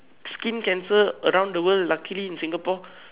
skin cancer around the world luckily in Singapore